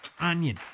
onion